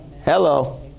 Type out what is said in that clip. Hello